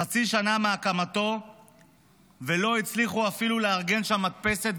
חצי שנה מהקמתו ולא הצליחו לארגן שם אפילו מדפסת,